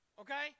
Okay